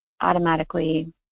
automatically